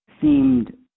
seemed